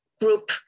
group